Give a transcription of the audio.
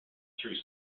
through